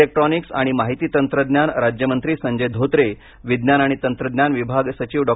electronics आणि माहिती तंत्रज्ञान राज्यमंत्री संजय धोत्रे विज्ञान आणि तंत्रज्ञान विभाग सचिव डॉ